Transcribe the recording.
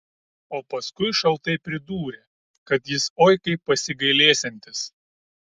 o paskui šaltai pridūrė kad jis oi kaip pasigailėsiantis